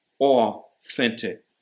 authentic